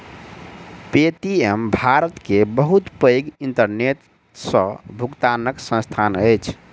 Paytm Bharat के बहुत पैघ इंटरनेट सॅ भुगतनाक संस्थान अछि